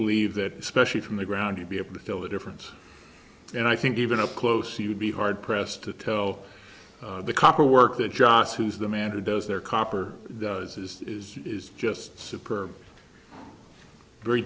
believe that especially from the ground you'd be able to tell the difference and i think even up close you would be hard pressed to tell the copper work that johns who's the man who does their copper does as is is just superb very